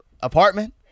apartment